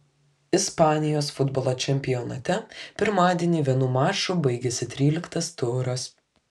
ispanijos futbolo čempionate pirmadienį vienu maču baigėsi tryliktas turas